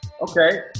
Okay